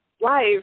life